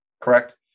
correct